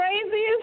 crazy